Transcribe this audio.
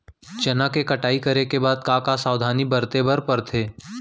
चना के कटाई करे के बाद का का सावधानी बरते बर परथे?